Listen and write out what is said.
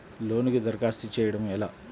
లోనుకి దరఖాస్తు చేయడము ఎలా?